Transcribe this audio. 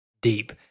deep